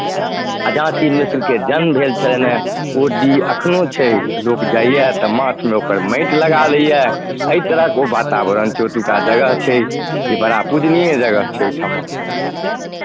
अयाची मिश्रके जन्म भेल छलनि हेँ ओ डीह एखनहु छै लोक जाइए तऽ माथमे ओकर माटि लगा लैए एहि तरहक ओ वातावरण छै ओतुक्का जगह छै जे बड़ा पूजनीय जगह छै ओहि ठामक